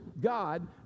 God